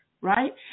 right